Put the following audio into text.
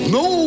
no